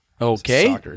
Okay